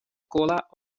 cola